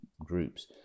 groups